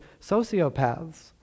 sociopaths